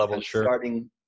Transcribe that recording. starting